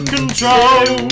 Control